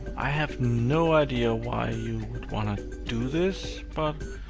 i have no idea why you would wanna do this, but